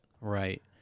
Right